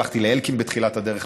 הלכתי לאלקין בתחילת הדרך,